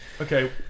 okay